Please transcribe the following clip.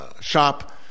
shop